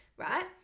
right